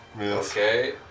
Okay